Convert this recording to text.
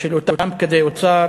של אותם פקידי האוצר,